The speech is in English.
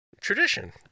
Tradition